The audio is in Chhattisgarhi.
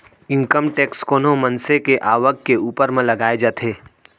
इनकम टेक्स कोनो मनसे के आवक के ऊपर म लगाए जाथे